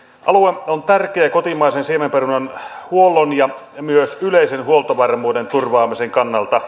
alue on tärkeä kotimaisen siemenperunan huollon ja myös yleisen huoltovarmuuden turvaamisen kannalta